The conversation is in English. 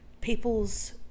People's